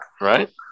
Right